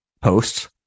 posts